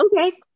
Okay